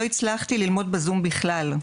לא הצלחתי ללמוד בזום בכלל,